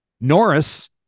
Norris